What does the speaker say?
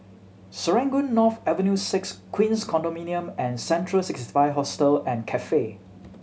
Serangoon North Avenue Six Queens Condominium and Central Sixty Five Hostel and Cafe